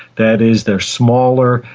that is, they are smaller,